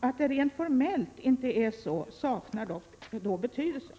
Att det rent formellt inte är så saknar då betydelse.